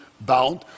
bound